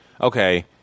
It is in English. okay